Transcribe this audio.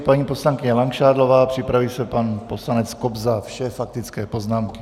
Paní poslankyně Langšádlová, připraví se pan poslanec Kobza, vše faktické poznámky.